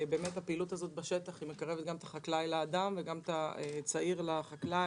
הפעילות הזאת בשטח מקרבת גם את החקלאי לאדם וגם את הצעיר לחקלאי.